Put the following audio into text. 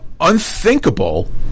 unthinkable